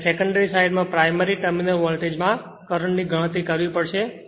ત્યારે secondary side માં primary terminal voltage માં કરંટ ની ગણતરી કરવી પડશે